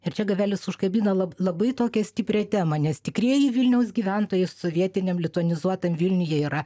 ir čia gavelis užkabina lab labai tokią stiprią temą nes tikrieji vilniaus gyventojai sovietiniam lituanizuotam vilniuj jie yra